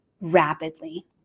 rapidly